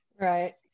right